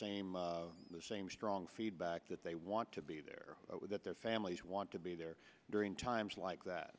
same the same strong feedback that they want to be there with their families want to be there during times like that